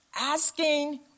asking